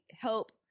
help